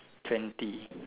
twenty